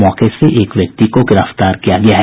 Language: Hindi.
मौके से एक व्यक्ति को गिरफ्तार किया गया है